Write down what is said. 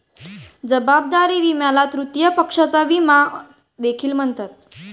जबाबदारी विम्याला तृतीय पक्षाचा विमा देखील म्हणतात